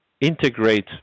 integrate